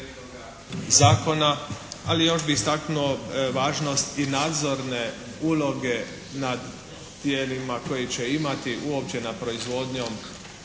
ali još bih istaknuo važnost i nadzorne uloge nad tijelima koje će imati uopće nad proizvodnjom